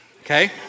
Okay